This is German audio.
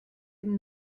dem